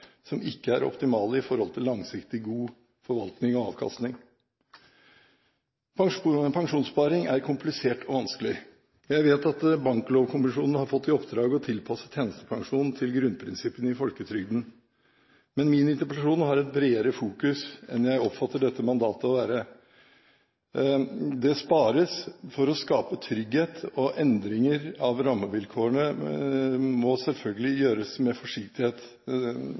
som ikke er optimale i forhold til langsiktig, god forvaltning og avkastning. Pensjonssparing er komplisert og vanskelig. Jeg vet at Banklovkommisjonen har fått i oppdrag å tilpasse tjenestepensjon til grunnprinsippene i folketrygden, men min interpellasjon har et bredere fokus enn jeg oppfatter at dette mandatet har. Det spares for å skape trygghet, og endringer av rammevilkårene må selvfølgelig gjøres med forsiktighet,